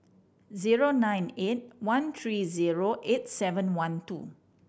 zero nine eight one three zero eight seven one two